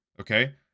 okay